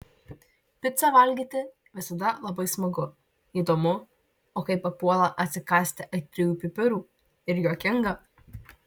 picą valgyti visada labai smagu įdomu o kai papuola atsikąsti aitriųjų pipirų ir juokinga